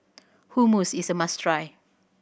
hummus is must try